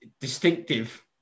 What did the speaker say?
distinctive